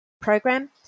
program